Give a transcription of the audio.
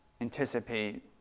anticipate